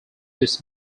this